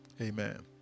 Amen